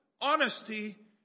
honesty